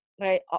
right